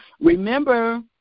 Remember